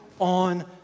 on